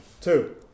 two